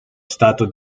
stato